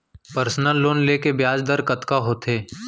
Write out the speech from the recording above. Personal loan ले के ब्याज दर कतका होथे?